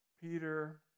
Peter